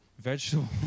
vegetable